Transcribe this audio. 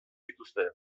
dituzte